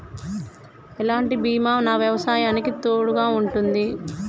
ఎలాంటి బీమా నా వ్యవసాయానికి తోడుగా ఉంటుంది?